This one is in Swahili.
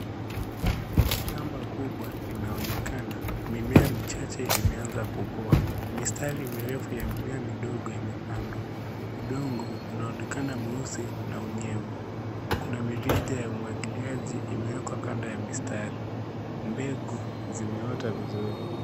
Shamba kubwa linaonekana mimea michache imeanza kukua, mistari mirefu ya mimea midogo imepandwa udongo unaonekana mweusi na unyevu, kuna mirija ya umwagiliaji imewekwa kando ya mistari, mbegu zimeota vizuri.